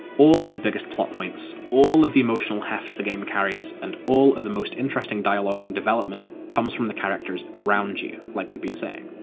all of the biggest plot points, all of the emotional heft the game carries, and all of the most interesting dialogue and development comes from the characters around you, like we've been saying.